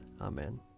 Amen